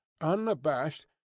unabashed